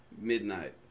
midnight